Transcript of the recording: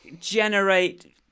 generate